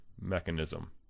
mechanism